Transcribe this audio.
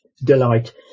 delight